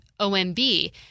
OMB